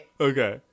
Okay